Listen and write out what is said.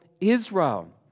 Israel